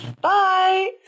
Bye